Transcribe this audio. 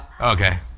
Okay